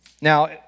Now